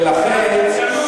ולכן,